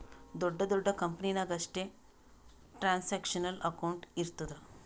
ದೊಡ್ಡ ದೊಡ್ಡ ಕಂಪನಿ ನಾಗ್ ಅಷ್ಟೇ ಟ್ರಾನ್ಸ್ಅಕ್ಷನಲ್ ಅಕೌಂಟ್ ಇರ್ತುದ್